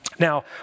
Now